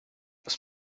was